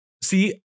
See